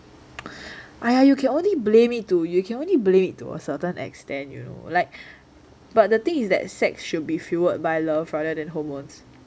!aiya! you can only blame it to you can only blame it to a certain extent you know like but the thing is that sex should be fueled by love rather than hormones